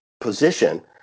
position